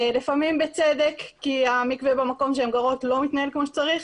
ולפעמים בצדק כי המקווה במקום שבו הן גרות לא מתנהל כמו שצריך,